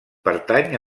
pertany